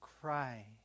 cry